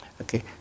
okay